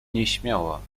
nieśmiała